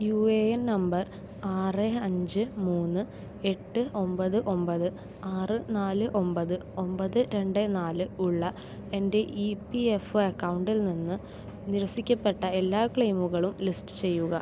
U A N number ആറ് അഞ്ച് മൂന്ന് എട്ട് ഒമ്പത് ഒമ്പത് ആറ് നാല് ഒമ്പത് ഒമ്പത് രണ്ട് നാല് ഉള്ള എൻ്റെ ഇ പി എഫ് ഒ അക്കൗണ്ടിൽ നിന്ന് നിരസിക്കപ്പെട്ട എല്ലാ ക്ലെയിമുകളും ലിസ്റ്റ് ചെയ്യുക